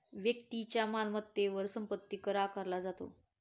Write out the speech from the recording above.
व्यक्तीच्या मालमत्तेवर संपत्ती कर आकारला जातो